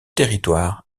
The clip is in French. territoire